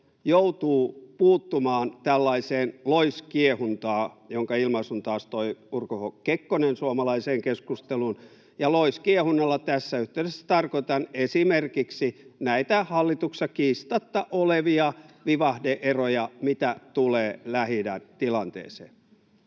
joutuu puuttumaan tällaiseen loiskiehuntaan, jonka ilmaisun taas toi Urho Kekkonen suomalaiseen keskusteluun. Ja loiskiehunnalla tässä yhteydessä tarkoitan esimerkiksi näitä hallituksessa kiistatta olevia vivahde-eroja, mitä tulee Lähi-idän tilanteeseen.